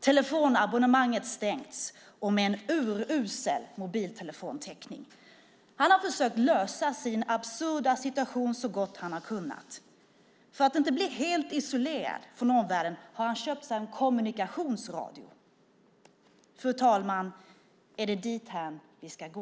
Telefonabonnemanget har stängts, och mobiltelefontäckningen är urusel. Han har försökt lösa sin absurda situation så gott han har kunnat. För att inte bli helt isolerad från omvärlden har han köpt en kommunikationsradio. Fru talman! Är det dithän vi ska gå?